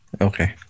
Okay